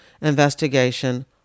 investigation